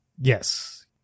Yes